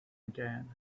again